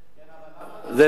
כן, אבל למה, זה דרמה.